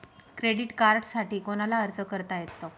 Credit कार्डसाठी कोणाला अर्ज करता येतो?